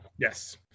Yes